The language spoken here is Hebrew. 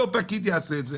אותו פקיד יעשה את זה,